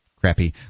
crappy